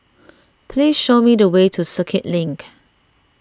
please show me the way to Circuit Link